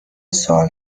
سؤال